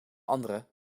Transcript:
anderen